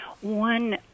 One